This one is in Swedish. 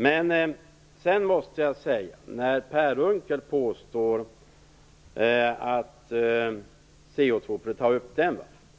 Men när sedan Per Unckel tar upp